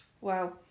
Wow